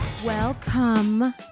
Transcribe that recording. Welcome